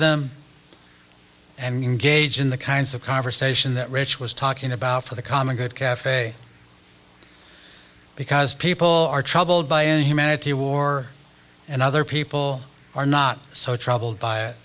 them and gauge in the kinds of conversation that rich was talking about for the common good caf because people are troubled by inhumanity of war and other people are not so troubled by it